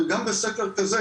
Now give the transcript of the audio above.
גם בסקר כזה,